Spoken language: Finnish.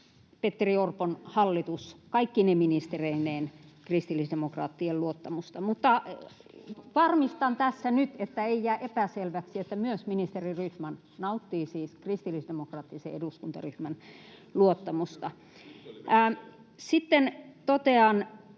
Petteri Orpon hallitus kaikkine ministereineen kristillisdemokraattien luottamusta. Mutta varmistan tässä nyt, että ei jää epäselväksi, että myös ministeri Rydman nauttii siis kristillisdemokraattisen eduskuntaryhmän luottamusta. [Kimmo Kiljunen: